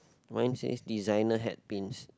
one says designer head pins